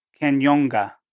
Kenyonga